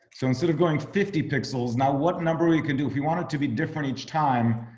so instead of going fifty pixels now what number you can do if you want it to be different each time,